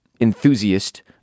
enthusiast